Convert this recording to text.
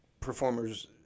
performers